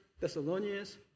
Thessalonians